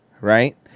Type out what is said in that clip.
right